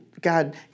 God